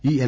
ఈ ఎల్